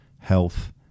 health